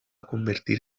convertir